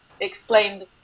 explained